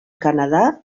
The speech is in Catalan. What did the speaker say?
canadà